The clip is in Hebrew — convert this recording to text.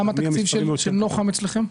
מה התקציב של נוח"מ אצלכם?